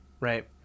right